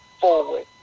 forward